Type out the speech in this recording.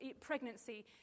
pregnancy